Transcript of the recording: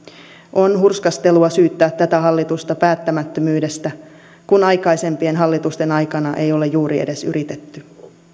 on hurskastelua syyttää tätä hallitusta päättämättömyydestä kun aikaisempien hallitusten aikana ei ole juuri edes yritetty